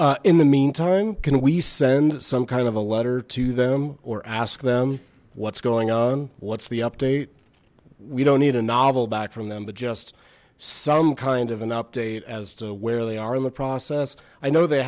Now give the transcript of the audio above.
you in the meantime can we send some kind of a letter to them or ask them what's going on what's the update we don't need a novel back from them but just some kind of an update as to where they are in the process i know they